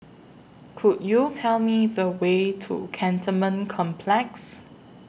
Could YOU Tell Me The Way to Cantonment Complex